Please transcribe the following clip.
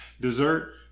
dessert